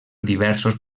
diversos